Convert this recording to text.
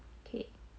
K